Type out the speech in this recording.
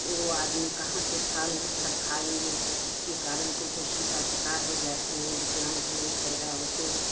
तो वह आदमी कहाँ से फल सब खाएँगे उसके कारण कुपोषण का शिकार हो जाते हैं विकलांग लोग पैदा होते हैं